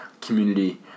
community